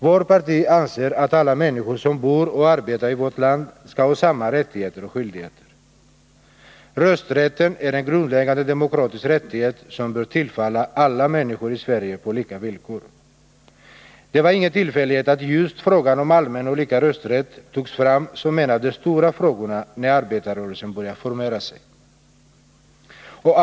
Vårt parti anser att alla människor som bor och arbetar i vårt land skall ha samma rättigheter och skyldigheter. Rösträtten är en grundläggande demokratisk rättighet, som på lika villkor bör tillfalla alla människor i Sverige. Det var ingen tillfällighet att just frågan om allmän och lika rösträtt togs fram som en av de stora frågorna, när arbetarrörelsen började formera Nr 27 sig.